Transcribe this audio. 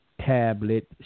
tablet